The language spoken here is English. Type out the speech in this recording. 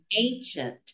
ancient